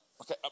Okay